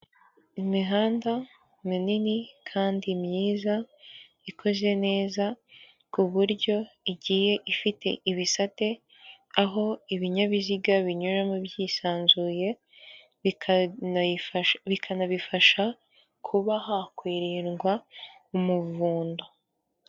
Imihanda minini kandi myiza ikoze neza, ku buryo igiye ifite ibisate, aho ibinyabiziga binyuramo byisanzuye, bikanayifasha kuba hakwirindwa umuvundo.